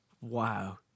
wow